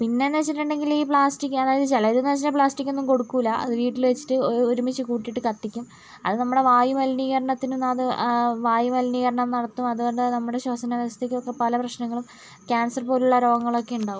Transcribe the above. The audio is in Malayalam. പിന്നേന്ന് വെച്ചിട്ടുണ്ടെങ്കില് ഈ പ്ലാസ്റ്റിക് അതായത് ചിലരെന്ന് വെച്ചാൽ പ്ലാസ്റ്റിക് ഒന്നും കൊടുക്കൂല അത് വീട്ടില് വെച്ചിട്ട് ഒരുമിച്ചു കൂട്ടിയിട്ട് കത്തിക്കും അത് നമ്മുടെ വായു മലിനീകരണത്തിനും അത് വായുമലിനീകരണം നടത്തും അതുകൊണ്ടു നമ്മുടെ ശ്വസന വ്യവസ്ഥയ്ക്കും ഒക്കെ പല പ്രശ്നങ്ങളും ക്യാൻസർ പോലുള്ള രോഗങ്ങളൊക്കെ ഉണ്ടാവും